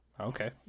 Okay